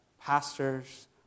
pastors